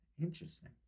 Interesting